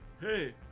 Hey